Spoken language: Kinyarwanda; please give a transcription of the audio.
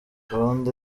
gahunda